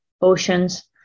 oceans